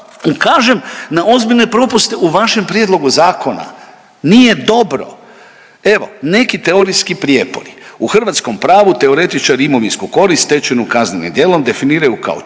ukažem na ozbiljne propuste u vašem prijedlogu zakona. Nije dobro, evo neki teorijski prijepori. U hrvatskom pravu teoretičari imovinsku korist stečenu kaznenim djelom definiraju kao